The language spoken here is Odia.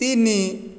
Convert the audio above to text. ତିନି